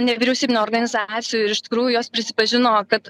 nevyriausybinių organizacijų ir iš tikrųjų jos prisipažino kad